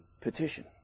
petition